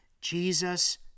Jesus